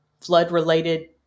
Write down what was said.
flood-related